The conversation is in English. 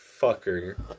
fucker